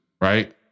right